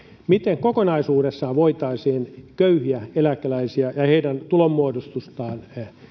miten kokonaisuudessaan voitaisiin köyhiä eläkeläisiä ja heidän tulonmuodostustaan